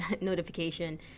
notification